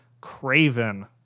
Craven